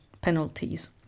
penalties